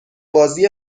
بازی